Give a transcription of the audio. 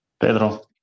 Pedro